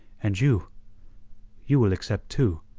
and you you will accept too,